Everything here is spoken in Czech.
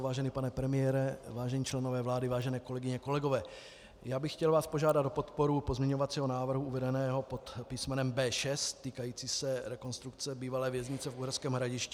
Vážený pane premiére, vážení členové vlády, vážené kolegyně, kolegové, já bych vás chtěl požádat o podporu pozměňovacího návrhu uvedeného pod písmenem B6, týkajícího se rekonstrukce bývalé věznice v Uherském Hradišti.